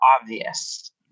obvious